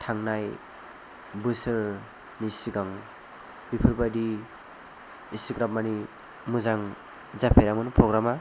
थांनाय बोसोरनि सिगां बेफोरबायदि एसेग्राब माने मोजां जाफेरामोन प्र'ग्राम आ